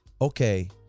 Okay